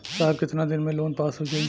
साहब कितना दिन में लोन पास हो जाई?